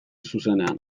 zuzenean